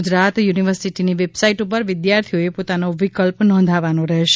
ગુજરાત યુનિવર્સિટીની વેબસાઈટ ઉપર વિદ્યાર્થીઓએ પોતાનો વિકલ્પ નોંધાવવાનો રહેશે